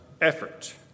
effort